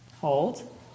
Hold